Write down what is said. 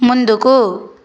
ముందుకు